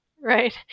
Right